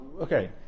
Okay